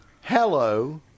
Hello